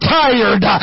tired